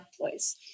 place